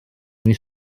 mis